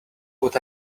what